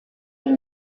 huit